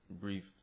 brief